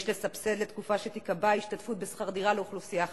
יש לסבסד לתקופה שתיקבע השתתפות בשכר דירה לאוכלוסייה חלשה.